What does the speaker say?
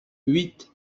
huit